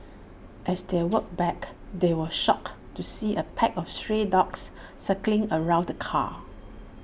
as they walked back they were shocked to see A pack of stray dogs circling around the car